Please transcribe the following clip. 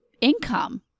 income